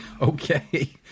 Okay